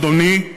אדוני,